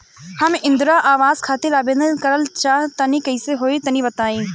हम इंद्रा आवास खातिर आवेदन करल चाह तनि कइसे होई तनि बताई?